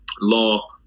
law